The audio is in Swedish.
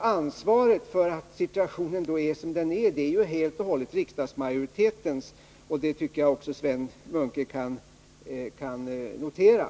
Ansvaret för att situationen nu är som den är ligger helt och hållet hos riksdagsmajoriteten. Det tycker jag att också Sven Munke skall notera.